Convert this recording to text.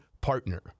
partner